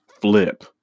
flip